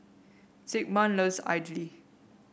Zigmund loves idly